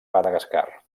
madagascar